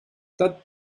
that